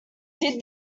did